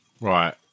Right